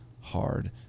hard